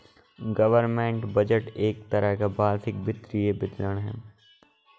government budget एक तरह का वार्षिक वित्तीय विवरण है